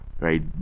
right